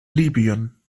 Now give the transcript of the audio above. libyen